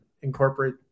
incorporate